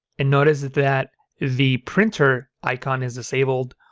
and notice that that the printer icon is disabled.